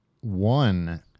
one